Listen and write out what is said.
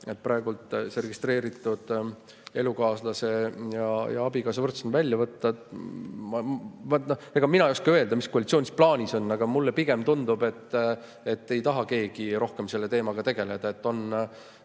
praegu see registreeritud elukaaslase ja abikaasa võrdsus välja võtta, siis mina ei oska öelda, mis koalitsioonis plaanis on, aga mulle pigem tundub, et keegi ei taha rohkem selle teemaga tegeleda. Nii nagu